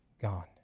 gone